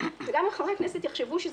דגש במקרה הזה על כנסת ישראל וועדותיה,